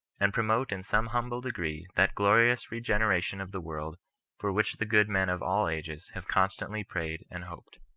and promote in some humble degree that glorious regeneration of the world for which the good men of all ages have constantly prayed and hoped.